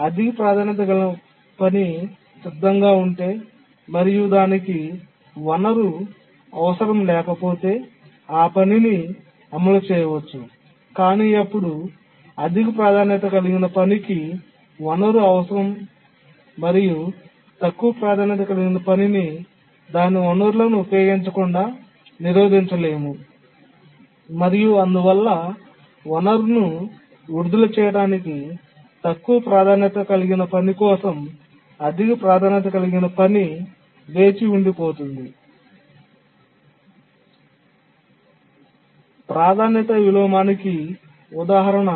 అధిక ప్రాధాన్యత గల పని సిద్ధంగా ఉంటే మరియు దానికి వనరు అవసరం లేకపోతే ఆ పనిని అమలు చేయవచ్చు కాని అప్పుడు అధిక ప్రాధాన్యత కలిగిన పనికి వనరు అవసరం మరియు తక్కువ ప్రాధాన్యత కలిగిన పనిని దాని వనరులను ఉపయోగించకుండా నిరోధించలేము మరియు అందువల్ల వనరును విడుదల చేయడానికి తక్కువ ప్రాధాన్యత కలిగిన పని కోసం అధిక ప్రాధాన్యత కలిగిన పని వేచి ఉండిపోతుంది ప్రాధాన్యత విలోమానికి ఉదాహరణ